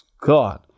God